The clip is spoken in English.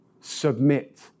submit